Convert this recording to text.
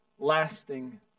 Lasting